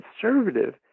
conservative